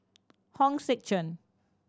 Hong Sek Chern